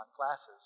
classes